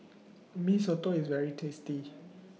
Mee Soto IS very tasty